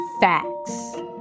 facts